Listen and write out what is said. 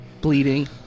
Bleeding